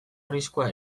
arriskua